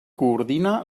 coordina